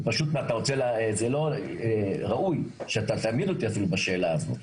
זה פשוט לא ראוי שאתה אפילו תעמיד אותי בשאלה הזו,